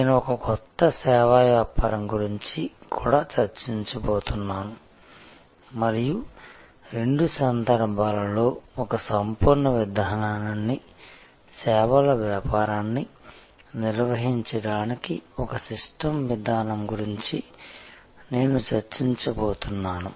నేను ఒక కొత్త సేవా వ్యాపారం గురించి కూడా చర్చించబోతున్నాను మరియు రెండు సందర్భాలలో ఒక సంపూర్ణ విధానాన్ని సేవల వ్యాపారాన్ని నిర్వహించడానికి ఒక సిస్టమ్ విధానం గురించి నేను చర్చించబోతున్నాను